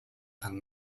and